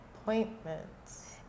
appointments